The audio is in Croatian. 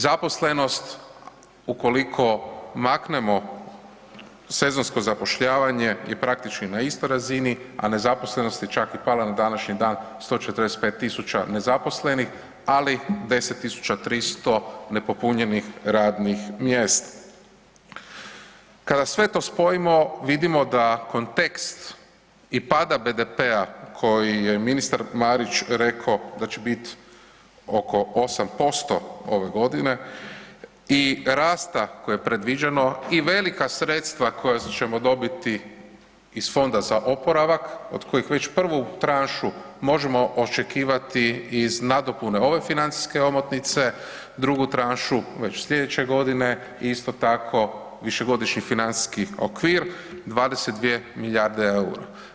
Zaposlenost ukoliko maknemo sezonsko zapošljavanja je praktički na istoj razini a nezaposlenost je čak i pala na današnji dan, 145 000 nezaposlenih ali 10 300 nepopunjenih radnih mjesta. kada sve to spojimo, vidimo da kontekst i pada BDP-a koji je ministar Marić reko da će biti oko 8% ove godine i rasta koji je predviđeno i velika sredstva koja ćemo dobiti iz Fonda za oporavak od kojih već prvu tranšu možemo očekivati iz nadopune ove financijske omotnice, drugu tranšu već slijedeće godine i isto tako višegodišnji financijski okvir, 22 milijarde eura.